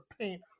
paint